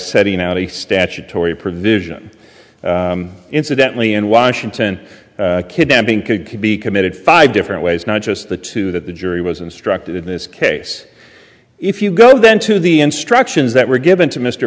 setting out a statutory provision incidentally in washington kidnapping could could be committed five different ways not just the two that the jury was instructed in this case if you go then to the instructions that were given to mr